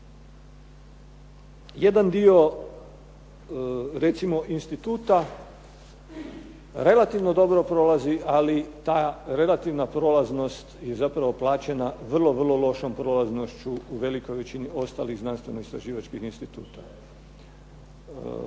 recimo instituta relativno dobro prolazi, ali ta relativna prolaznost je zapravo plaćena vrlo, vrlo lošom prolaznošću u velikoj većini ostalih znanstveno-istraživačkih instituta.